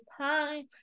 time